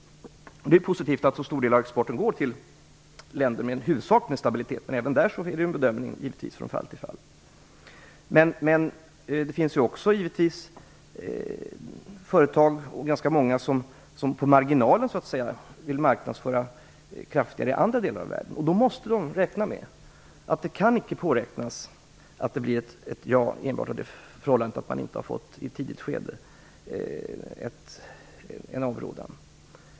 Det är positivt att en så stor del av exporten går till länder med huvudsakligen stabilitet, men även där görs en bedömning från till fall. Det finns givetvis många företag som på så att säga marginalen vill marknadsföra i andra delar av världen. Då måste de räkna med att de inte kan påräkna ett ja enbart därför att de inte fått ett nej, en avrådan, i ett tidigt skede.